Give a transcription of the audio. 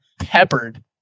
peppered